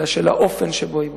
אלא של האופן שבו היא בוצעה.